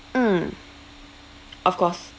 mm of course